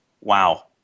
Wow